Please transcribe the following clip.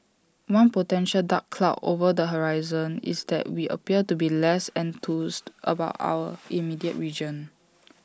one potential dark cloud over the horizon is that we appear to be less enthused about our immediate region